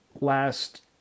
last –